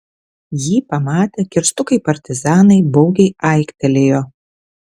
jį pamatę kirstukai partizanai baugiai aiktelėjo